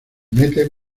mete